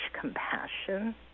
compassion